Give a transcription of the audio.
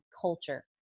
culture